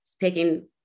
taking